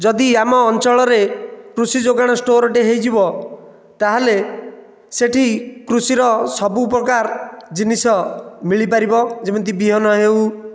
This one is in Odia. ଯଦି ଆମ ଅଞ୍ଚଳରେ କୃଷି ଯୋଗାଣ ଷ୍ଟୋର ଟିଏ ହୋଇଯିବ ତାହେଲେ ସେଠି କୃଷିର ସବୁ ପ୍ରକାର ଜିନିଷ ମିଳିପାରିବ ଯେମିତି ବିହନ ହେଉ